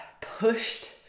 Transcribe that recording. pushed